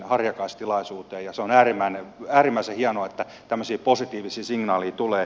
se on äärimmäisen hienoa että tämmöisiä positiivisia signaaleja tulee